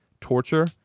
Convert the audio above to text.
torture